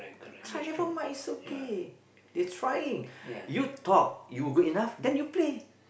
try never mind is okay they trying you talk you good enough then you play